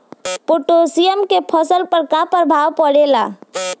Potassium के फसल पर का प्रभाव पड़ेला?